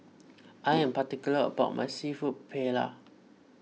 I am particular about my Seafood Paella